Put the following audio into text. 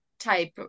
type